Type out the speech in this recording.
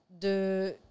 de